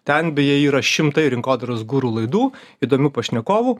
ten beje yra šimtai rinkodaros guru laidų įdomių pašnekovų